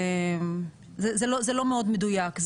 זה לא מאוד מדויק.